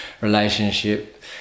relationship